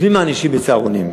את מי מענישים בצהרונים?